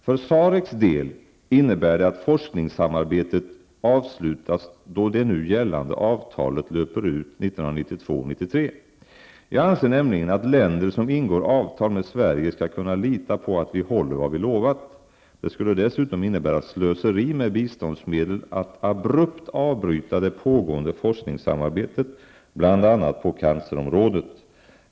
För SARECs del innebär det att forskningssamarbetet avslutas då det nu gällande avtalet löper ut 1992/93. Jag anser nämligen att länder som ingår avtal med Sverige skall kunna lita på att vi håller vad vi lovat. Det skulle dessutom innebära slöseri med biståndsmedel att abrupt avbryta det pågående forskningssamarbetet, bl.a. på cancerområdet.